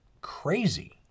crazy